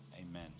Amen